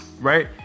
right